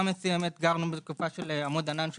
וגרנו שם בתקופה של עמוד ענן,